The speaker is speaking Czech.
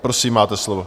Prosím, máte slovo.